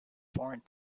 foreign